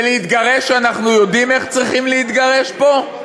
ולהתגרש, אנחנו יודעים איך צריכים להתגרש פה?